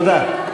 תודה.